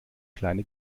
kleine